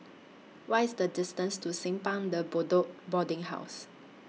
What IS The distance to Simpang De Bedok Boarding House